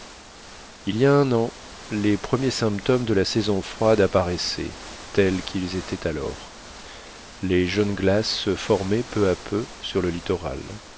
il y a un an les premiers symptômes de la saison froide apparaissaient tels qu'ils étaient alors les jeunes glaces se formaient peu à peu sur le littoral